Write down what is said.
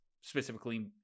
specifically